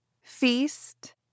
Feast